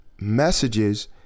messages